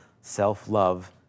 self-love